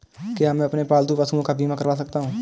क्या मैं अपने पालतू पशुओं का बीमा करवा सकता हूं?